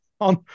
on